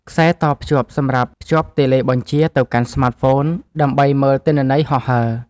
ខ្សែតភ្ជាប់ សម្រាប់ភ្ជាប់តេឡេបញ្ជាទៅកាន់ស្មាតហ្វូនដើម្បីមើលទិន្នន័យហោះហើរ។